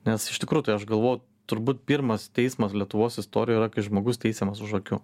nes iš tikrųjų tai aš galvo turbūt pirmas teismas lietuvos istorijoj kai žmogus teisiamas už akių